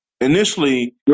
Initially